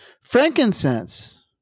frankincense